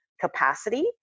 capacity